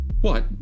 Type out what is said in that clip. What